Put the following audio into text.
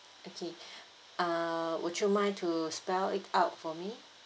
okay err would you mind to spell it out for me